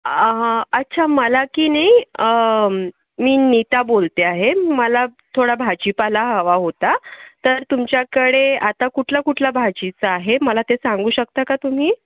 अच्छा मला की नाही मी नीता बोलते आहे मला थोडा भाजीपाला हवा होता तर तुमच्याकडे आता कुठला कुठला भाजीचा आहे मला ते सांगू शकता का तुम्ही